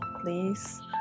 please